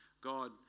God